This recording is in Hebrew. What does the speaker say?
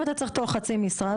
אם אתה צריך אותו לחצי משרה,